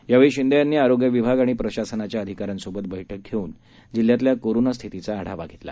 यावेळ शिंदे यांनी आरोग्य विभाग आणि प्रशासनाच्या अधिकाऱ्यांसोबत बष्ठक घेऊन जिल्ह्यातल्या कोरोना स्थितीचा आढावा घेतला